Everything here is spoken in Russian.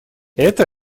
это